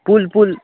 पुल पुल